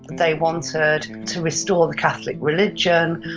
they wanted to restore the catholic religion.